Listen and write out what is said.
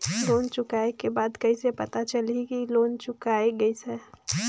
Loan चुकाय के बाद कइसे पता चलही कि लोन चुकाय गिस है?